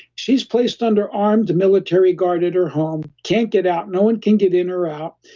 she's placed under armed military, guarded her home, can't get out, no one can get in or out.